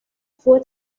fue